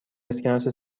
اسکناس